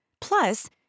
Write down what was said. Plus